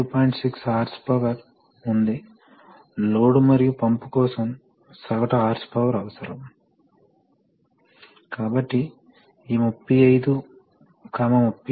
ఆపై 6 వద్ద వాల్వ్ మరియు సిలిండర్ కు డెలివర్ చేయడానికి ప్రెషర్ రెగ్యులేటర్ తో ఉపయోగించండి మీ చుట్టూ 60 psig తెలుసు చాలా విలక్షణమైన సంఖ్య